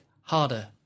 harder